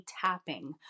tapping